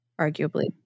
arguably